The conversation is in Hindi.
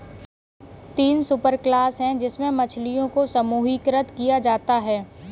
तीन सुपरक्लास है जिनमें मछलियों को समूहीकृत किया जाता है